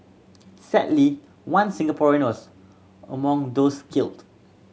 sadly one Singaporean was among those killed